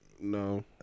No